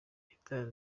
leta